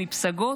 מפסגות,